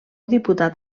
diputat